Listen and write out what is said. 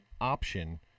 option